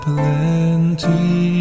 Plenty